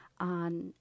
on